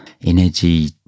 energy